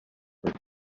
were